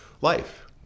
life